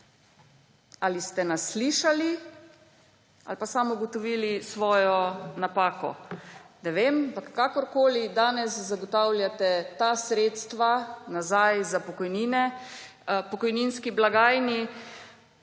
Ali ste nas slišali ali pa samo ugotovili svojo napako, ne vem, ampak kakorkoli, danes zagotavljate nazaj ta sredstva za pokojnine pokojninski blagajni,